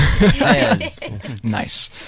nice